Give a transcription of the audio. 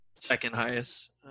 second-highest